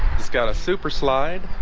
he's got a super slide